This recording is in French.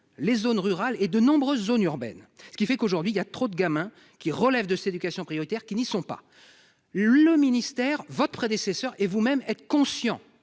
les zones rurales et de nombreuses zones urbaines, ce qui fait qu'aujourd'hui il y a trop de gamins qui relève de s'éducation prioritaire qui n'y sont pas le ministère votre prédécesseur et vous-même êtes conscient